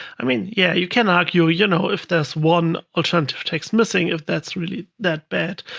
i mean, yeah, you can argue ah you know if there's one alternative text missing if that's really that bad,